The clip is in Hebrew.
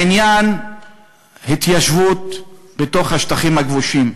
בעניין התיישבות בתוך השטחים הכבושים,